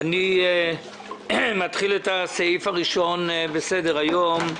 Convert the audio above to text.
אני מתחיל את הדיון בסעיף הראשון בסדר היום: